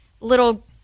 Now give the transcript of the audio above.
little